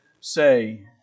say